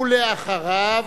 ואחריו,